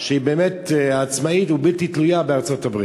שהיא עצמאית ובלתי תלויה בארצות-הברית.